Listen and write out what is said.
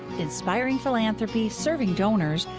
inspiring philanthropy, serving donors,